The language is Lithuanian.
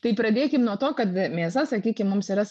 tai pradėkim nuo to kad mėsa sakykim mums yra